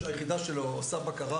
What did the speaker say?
היחידה של ליאור מזרחי עושה בקרה.